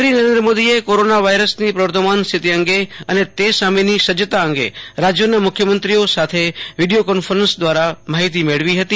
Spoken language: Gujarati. પ્રધાનમંત્રી નરેન્દ મોદીએ કોરોના વાયરસની પ્રવર્તમાન રિથતિ અંગે અને તે સામેની સજજતા ઓ રાજયોના મુખ્યમંત્રીઓ સાથે વિડીયો કોન્ફરન્સ દવારા માહિતી મેળવી હતી